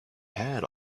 had